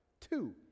two